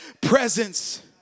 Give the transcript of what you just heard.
presence